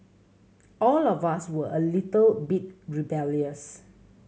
all of us were a little bit rebellious